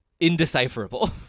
indecipherable